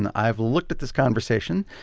and i've looked at this conversation.